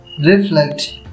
reflect